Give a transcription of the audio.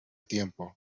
tiempo